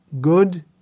good